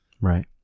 Right